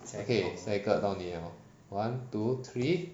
okay 下一个到你了 one two three